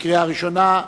קריאה ראשונה.